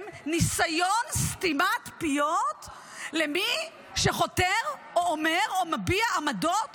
ניסיון סתימת פיות של מי שחותר או אומר או מביע עמדות